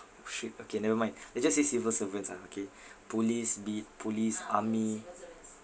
shit okay never mind let's just say civil servants ah okay police be it police army